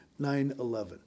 9-11